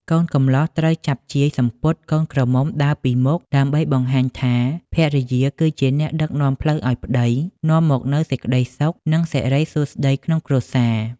កូនកំលោះត្រូវចាប់ជាយសំពត់កូនក្រមុំដើរពីមុខ ដើម្បីបង្ហាញថាភរិយាគឺជាអ្នកដឹកនាំផ្លូវឲ្យប្ដី នាំមកនូវសេចក្ដីសុខ និងសិរីសួស្ដីក្នុងគ្រួសារ។